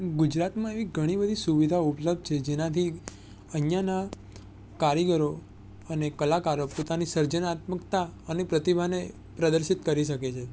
ગુજરાતમાં એવી ઘણી બધી સુવિધાઓ ઉપલબ્ધ છે જેનાથી અહીંયાંના કારીગરો અને કલાકારો પોતાની સર્જનાત્મકતા અને પ્રતિમાને પ્રદર્શિત કરી શકે છે